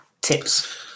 tips